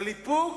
על איפוק?